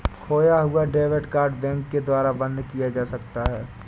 खोया हुआ debit card bank के द्वारा बंद किया जा सकता है